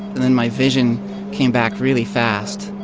and then my vision came back really fast.